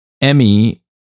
emmy